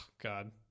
God